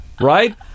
right